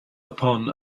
upon